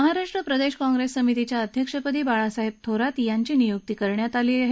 महाराष्ट्र प्रदेश कॉंप्रेस समितीच्या अध्यक्षपदी बाळासाहेब थोरात यांची नियुक्ती करण्यात आली आहे